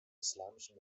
islamischen